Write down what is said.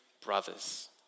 brothers